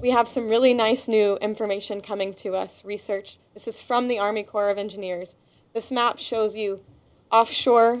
we have some really nice new information coming to us research this is from the army corps of engineers this map shows you offshore